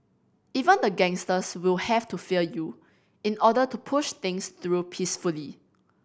even the gangsters will have to fear you in order to push things through peacefully